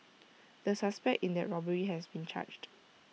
the suspect in that robbery has been charged